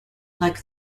like